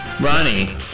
Ronnie